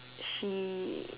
she